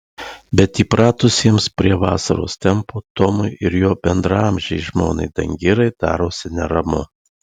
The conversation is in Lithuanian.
bet įpratusiems prie vasaros tempo tomui ir jo bendraamžei žmonai dangirai darosi neramu